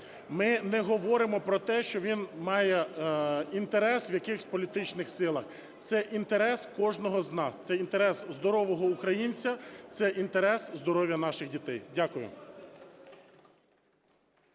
Ми не говоримо про те, що він має інтерес в якихось політичних силах. Це інтерес кожного з нас, це інтерес здорового українця, це інтерес здоров'я наших дітей. Дякую.